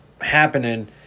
happening